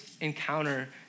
encounter